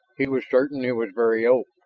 he was certain it was very old.